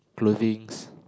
clothings